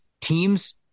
teams